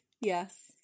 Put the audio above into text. Yes